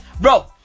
Bro